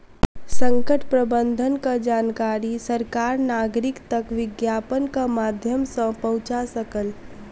संकट प्रबंधनक जानकारी सरकार नागरिक तक विज्ञापनक माध्यम सॅ पहुंचा सकल